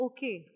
Okay